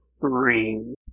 three